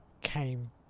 came